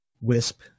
wisp